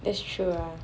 that's true ah